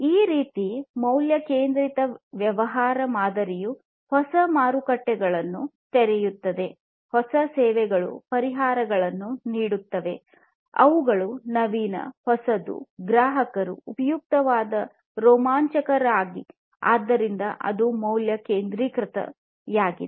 ಈ ರೀತಿಯ ಮೌಲ್ಯ ಕೇಂದ್ರಿತ ವ್ಯವಹಾರ ಮಾದರಿಯು ಹೊಸ ಮಾರುಕಟ್ಟೆಗಳನ್ನು ತೆರೆಯುತ್ತದೆ ಹೊಸ ಸೇವೆಗಳು ಪರಿಹಾರಗಳನ್ನು ನೀಡುತ್ತವೆ ಅವುಗಳು ನವೀನ ಹೊಸದು ಗ್ರಾಹಕರು ಉಪಯುಕ್ತವಾದ ರೋಮಾಂಚನಕಾರಿ ಆದ್ದರಿಂದ ಅದು ಮೌಲ್ಯ ಕೇಂದ್ರಿತತೆಯಾಗಿದೆ